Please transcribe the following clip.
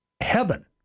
heaven